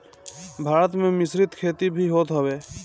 भारत में मिश्रित खेती भी होत हवे